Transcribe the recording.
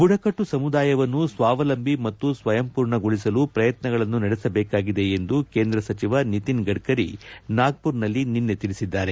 ಬುಡಕಟ್ಟು ಸಮುದಾಯವನ್ನು ಸ್ವಾವಲಂಬಿ ಮತ್ತು ಸ್ವಯಂಪೂರ್ಣಗೊಳಿಸಲು ಪ್ರಯತ್ನಗಳನ್ನು ನಡೆಸಬೇಕಾಗಿದೆ ಎಂದು ಕೇಂದ್ರ ಸಚಿವ ನಿತಿನ್ ಗಡ್ಕರಿ ನಾಗ್ಮರದಲ್ಲಿ ನಿನ್ನೆ ತಿಳಿಸಿದ್ದಾರೆ